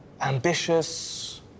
Ambitious